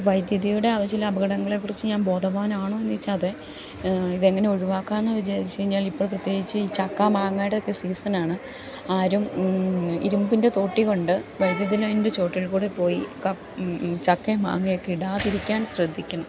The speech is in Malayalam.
വൈദ്യുതിയുടെ ആവശ്യം ഇല്ലാത്ത അപകടങ്ങളെക്കുറിച്ച് ഞാൻ ബോധവാനാണോ എന്ന് ചോദിച്ചാൽ അതെ ഇതെങ്ങനെ ഒഴിവാക്കാമെന്ന് വിചാരിച്ചുകഴിഞ്ഞാൽ ഇപ്പം പ്രത്യേകിച്ച് ഈ ചക്ക മാങ്ങയുടെ ഒക്കെ സീസണാണ് ആരും ഇരുമ്പിൻ്റെ തോട്ടി കൊണ്ട് വൈദ്യുതി ലൈൻറ്റെ ചോട്ടിൽ കൂടെ പോയി ചക്കയും മാങ്ങയും ഒക്കെ ഇടാതിരിക്കാൻ ശ്രദ്ധിക്കണം